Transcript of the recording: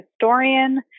historian